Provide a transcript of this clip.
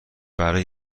برای